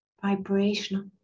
vibrational